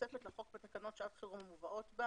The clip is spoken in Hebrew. בתוספת לחוק, בתקנות שעת חירום המובאות בה